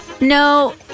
No